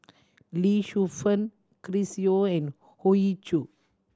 Lee Shu Fen Chris Yeo and Hoey Choo